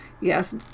Yes